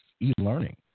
e-learning